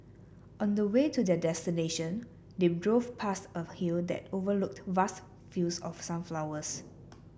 on the way to their destination they drove past a hill that overlooked vast fields of sunflowers